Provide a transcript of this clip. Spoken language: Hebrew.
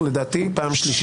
לדעתי פעם שלישית.